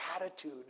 attitude